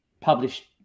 published